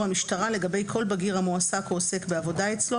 המשטרה לגבי כל בגיר המועסק או עוסק בעבודה אצלו,